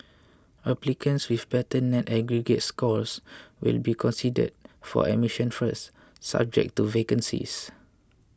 applicants with better net aggregate scores will be considered for admission first subject to vacancies